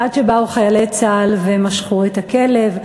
עד שבאו חיילי צה"ל ומשכו את הכלב.